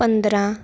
ਪੰਦਰਾਂ